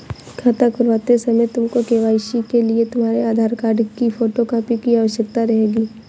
खाता खुलवाते समय तुमको के.वाई.सी के लिए तुम्हारे आधार कार्ड की फोटो कॉपी की आवश्यकता रहेगी